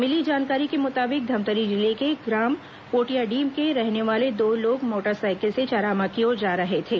मिली जानकारी के मुताबिक धमतरी जिले के ग्राम पोटियाडीह के रहने वाले दो लोग मोटरसाइकिल से चारामा की ओर जा रहे थे